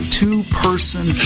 two-person